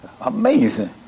Amazing